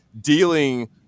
dealing